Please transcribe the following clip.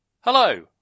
Hello